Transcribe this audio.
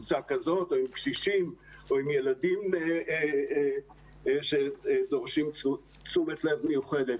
קשישים או עם ילדים שדורשים תשומת לב מיוחדת.